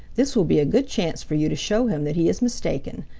this will be a good chance for you to show him that he is mistaken.